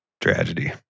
Tragedy